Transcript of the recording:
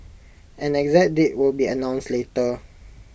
an exact date will be announced later